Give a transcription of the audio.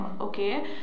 okay